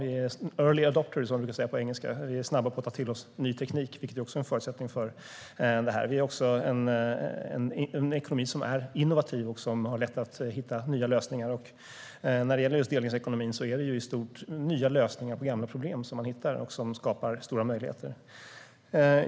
Vi är early adopters, som man brukar säga på engelska - vi är snabba på att ta till oss ny teknik, vilket är en förutsättning för detta. Vi är också en ekonomi som är innovativ och har lätt att hitta nya lösningar. När det gäller just delningsekonomin är det i stort nya lösningar på gamla problem som man hittar och som skapar stora möjligheter.